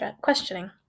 questioning